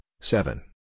seven